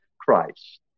Christ